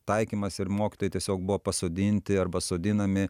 taikymas ir mokytojai tiesiog buvo pasodinti arba sodinami